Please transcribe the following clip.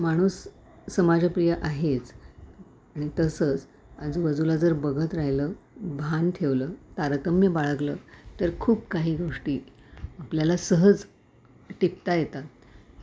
माणूस समाजप्रिय आहेच आणि तसंच आजूबाजूला जर बघत राहिलं भान ठेवलं तारतम्य बाळगलं तर खूप काही गोष्टी आपल्याला सहज टिपता येतात